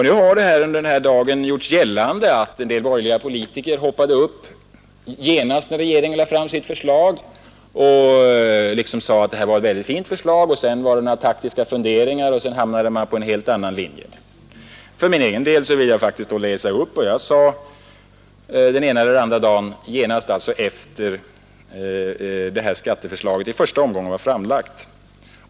Nu har det under denna dag gjorts gällande att en del borgerliga politiker hoppade upp genast när regeringen lade fram sitt förslag och liksom sade att det här var ett väldigt fint förslag. Och sedan blev det några taktiska funderingar och så hamnade man enligt socialdemokraterna på en helt annan linje. För min egen del vill jag då faktiskt läsa upp vad jag sade första eller andra dagen efter att detta skatteförslag i första omgången var framlagt.